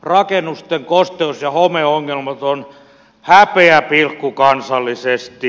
rakennusten kosteus ja homeongelmat ovat häpeäpilkku kansallisesti